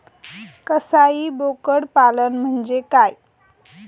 कसाई बोकड पालन म्हणजे काय?